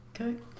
Okay